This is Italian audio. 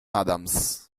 adams